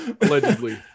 allegedly